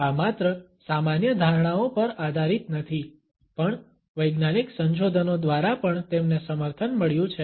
આ માત્ર સામાન્ય ધારણાઓ પર આધારિત નથી પણ વૈજ્ઞાનિક સંશોધનો દ્વારા પણ તેમને સમર્થન મળ્યું છે